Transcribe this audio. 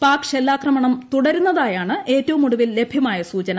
പാക് ഷെല്ലാക്രമണം തുടരുന്നതായാണ് ഏറ്റവും ഒടുവിൽ ലഭ്യമൂായ സൂചന